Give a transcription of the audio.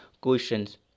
questions